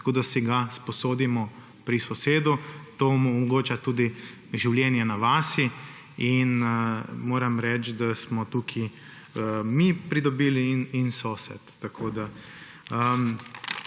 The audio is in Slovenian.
tako da si ga sposodimo pri sosedu, kar omogoča tudi življenje na vasi; in moram reči, da smo tu pridobili mi in sosed.